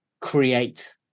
create